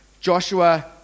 Joshua